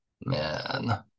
Man